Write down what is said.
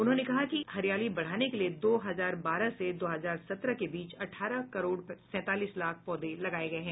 उन्होंने कहा कि हरियाली बढ़ाने के लिये दो हजार बारह से दो हजार सत्रह के बीच अठारह करोड़ सैंतालीस लाख पौधे लगाये गये हैं